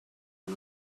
ond